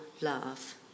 love